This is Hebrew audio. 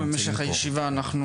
ובמשך הישיבה אנחנו,